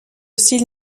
style